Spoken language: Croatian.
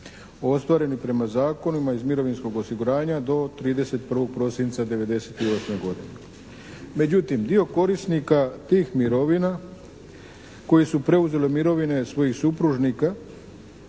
ostvarenih prema zakonima iz mirovinskog osiguranja do 31. prosinca '98. godine. Međutim, dio korisnika tih mirovina koje su preuzele mirovine svojih supružnika